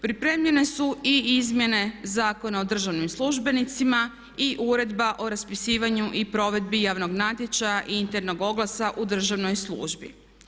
Pripremljene su i Izmjene zakona o državnim službenicima i Uredba o raspisivanju i provedbi javnog natječaja i internog oglasa u državnoj službi.